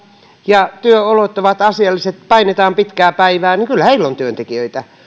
ja työolot ovat asialliset ja painetaan pitkää päivää niin kyllä heillä on työntekijöitä